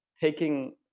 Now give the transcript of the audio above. taking